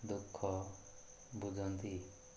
ଦୁଃଖ ବୁଝନ୍ତି